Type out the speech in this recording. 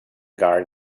guard